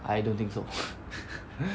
I don't think so